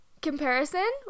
comparison